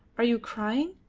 are you crying?